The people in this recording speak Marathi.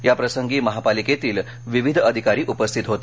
याप्रसंगी महापालिकेतील विविध अधिकारी उपस्थित होते